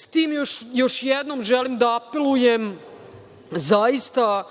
praksi. Još jednom želim da apelujem, zaista,